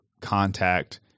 contact